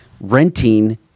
renting